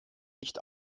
nicht